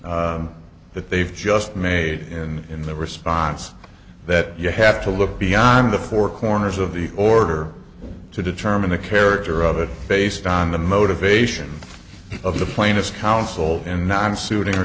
that they've just made in in the response that you have to look beyond the four corners of the order to determine the character of it based on the motivation of the plaintiff's counsel and nine suitin